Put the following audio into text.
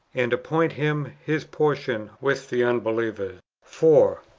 and appoint him his portion with the unbe lievers. four.